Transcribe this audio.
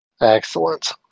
Excellent